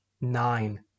nine